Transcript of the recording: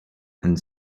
and